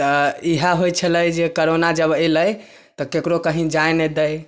तऽ इएहे होइ छलै जे कोरोना जब अयलै तऽ केकरो कहि जाइ नहि दै